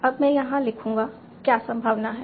अब मैं यहां लिखूंगा क्या संभावना है